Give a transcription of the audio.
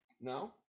No